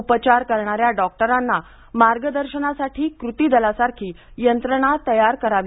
उपचार करणाऱ्या डॉक्टरांना मार्गदर्शनासाठी कृती दलासारखी यंत्रणा तयार करावी